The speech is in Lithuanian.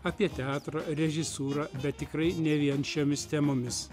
apie teatro režisūrą bet tikrai ne vien šiomis temomis